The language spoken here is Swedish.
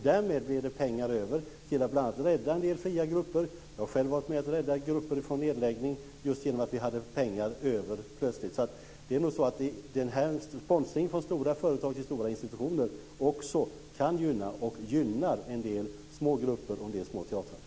Därmed blir det pengar över till att bl.a. rädda en del fria grupper. Jag har själv varit med om att rädda grupper från nedläggning just genom att det plötsligt blev pengar över. Det är nog så att sponsringen från stora företag till stora institutioner också kan gynna - ja, faktiskt gynnar - en del små grupper och en del små teatrar.